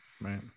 right